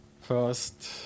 first